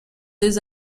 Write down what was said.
des